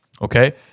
okay